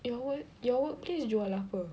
your work~ your workplace jual apa